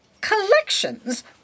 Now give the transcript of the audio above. Collections